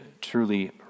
truly